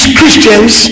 Christians